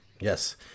Yes